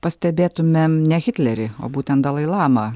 pastebėtumėm ne hitlerį o būtent dalai lamą